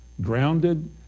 grounded